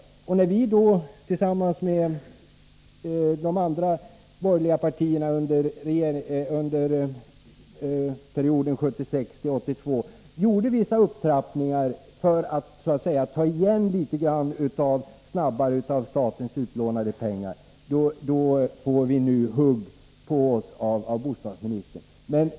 Men på grund av att vi, tillsammans med de andra borgerliga partierna, under perioden 1976-1982 gjorde vissa upptrappningar för att litet snabbare så att säga ta igen statens utlånade pengar, får vi nu hugg på oss av bostadsministern.